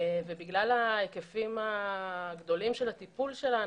בגלל ההיקפים הגדולים של הטיפול שלנו,